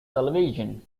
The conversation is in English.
television